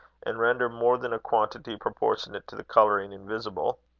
and render more than a quantity proportionate to the colouring, invisible.